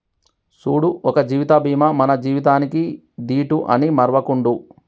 సూడు ఒక జీవిత బీమా మన జీవితానికీ దీటు అని మరువకుండు